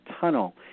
tunnel